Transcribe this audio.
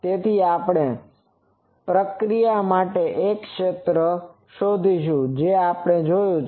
તેથી આપણે તે પ્રક્રિયા માટે એક ક્ષેત્ર શોધીશું જે આજે આપણે જોયુ છે